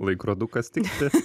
laikrodukas tiksi